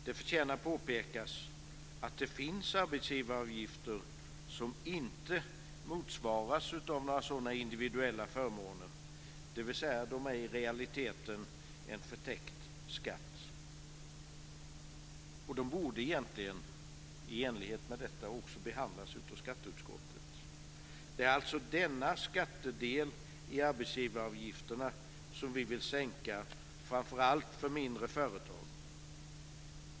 Det förtjänar dock att påpekas att det finns arbetsgivaravgifter som inte motsvaras av några sådana individuella förmåner, dvs. att de i realiteten är en förtäckt skatt. De borde i enlighet med detta egentligen också behandlas av skatteutskottet. Det är denna skattedel i arbetsgivaravgifterna som vi vill sänka, framför allt för mindre företag.